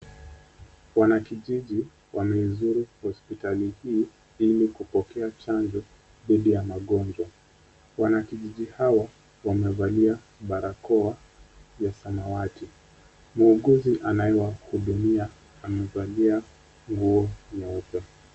Wanakijiji wameizuru hospitali hii ili kupokea chanjo dhidi ya magonjwa. Wanakijiji hawa wamevalia barakoa ya samawati. Muuguzi anayewahudumia amevalia nguo nyeupe.